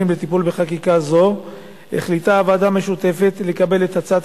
בטיפול בחקיקה זו החליטה הוועדה המשותפת לקבל את הצעת